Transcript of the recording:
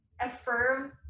affirm